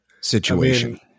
situation